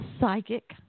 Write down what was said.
psychic